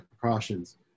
precautions